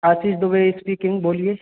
हाँ जी दुबे स्पीकिंग बोलिए